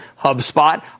HubSpot